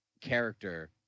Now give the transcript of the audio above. character